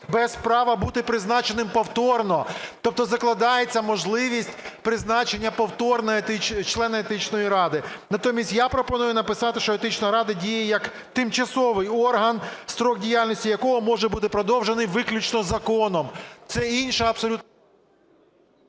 без права бути призначеним повторно. Тобто закладається можливість призначення повторно члена Етичної ради. Натомість я пропоную написати, що Етична рада діє як тимчасовий орган, строк діяльності якого може буде продовжений виключно законом. Це інша абсолютно…